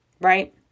right